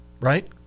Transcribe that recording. right